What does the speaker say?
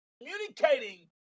communicating